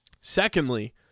Secondly